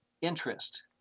interest